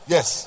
Yes